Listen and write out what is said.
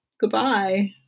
Goodbye